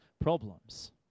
problems